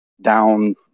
down